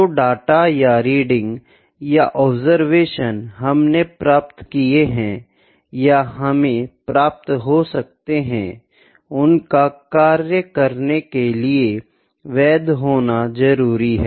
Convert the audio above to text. जो डेटा या रीडिंग या ऑब्जर्वेशन हमने प्राप्त किये है या हमे प्राप्त हो सकते है उनका कार्य करने के लिए वैध होना जरुरी है